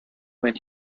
when